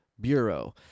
Bureau